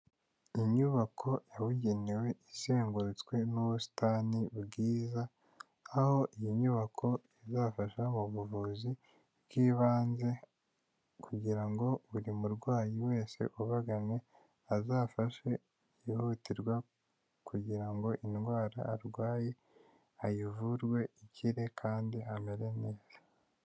Inyubako yabugenewe izengurutswe n'ubusitani bwiza, aho iyi nyubako izafasha mu buvuzi bw'ibanze, kugira ngo buri murwayi wese ubagannye, azafashwe byihutirwa, kugira ngo indwara arwaye ayivurwe ikire, kandi amere neza.